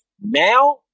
Now